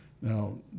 Now